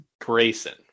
Grayson